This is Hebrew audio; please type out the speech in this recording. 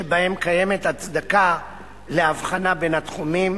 שבהם קיימת הצדקה להבחנה בין התחומים,